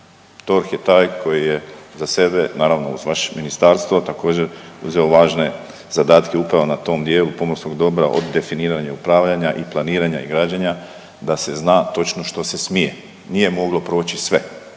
DORH je taj koji je za sebe naravno uz vaše ministarstvo također uzeo važne zadatke upravo na tom dijelu pomorskog dobra od definiranja upravljanja i planiranja i građenja da se zna točno što se smije. Nije moglo proći sve.